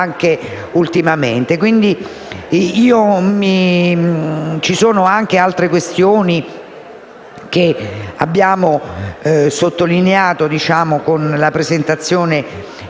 Ci sono anche altre questioni, che abbiamo sottolineato con la presentazione